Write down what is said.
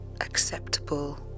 acceptable